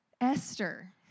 Esther